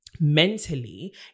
mentally